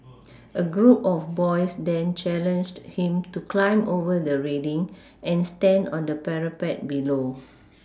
a group of boys then challenged him to climb over the railing and stand on the parapet below